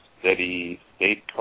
steady-state